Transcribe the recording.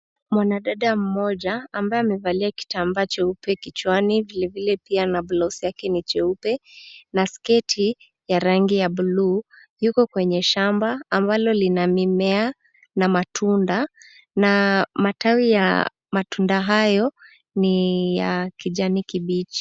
Mwanadada mmoja ambaye amevalia kitambaa cheupe kichwani, vilevile pia na blauzi yake ni jeupe na sketi ya rangi ya bluu, yuko kwenye shamba ambalo lina mimea na matunda na matawi ya matunda hayo ni ya kijani kibichi.